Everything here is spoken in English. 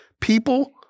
people